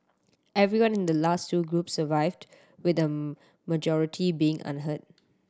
everyone in the last two groups survived with the majority being unhurt